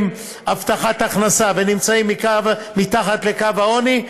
הבטחת הכנסה ונמצאים מתחת לקו העוני,